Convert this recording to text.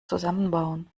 zusammenbauen